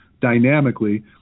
dynamically